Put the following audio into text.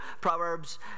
Proverbs